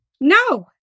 no